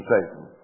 Satan